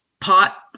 pot